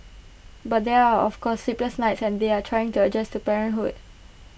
but there are of course sleepless nights and they are trying to adjust to parenthood